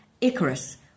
Icarus